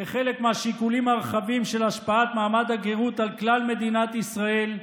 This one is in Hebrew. כחלק מהשיקולים הרחבים של השפעת מעמד הגרות על כלל מדינת ישראל,